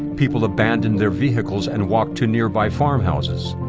people abandoned their vehicles and walked to nearby farmhouses,